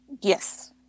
Yes